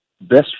best